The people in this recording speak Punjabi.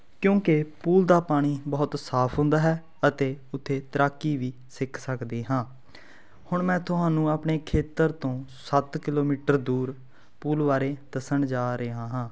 ਕਿਉਂਕਿ ਪੂਲ ਦਾ ਪਾਣੀ ਬਹੁਤ ਸਾਫ਼ ਹੁੰਦਾ ਹੈ ਅਤੇ ਉੱਥੇ ਤੈਰਾਕੀ ਵੀ ਸਿੱਖ ਸਕਦੇ ਹਾਂ ਹੁਣ ਮੈਂ ਤੁਹਾਨੂੰ ਆਪਣੇ ਖੇਤਰ ਤੋਂ ਸੱਤ ਕਿਲੋਮੀਟਰ ਦੂਰ ਪੂਲ ਬਾਰੇ ਦੱਸਣ ਜਾ ਰਿਹਾ ਹਾਂ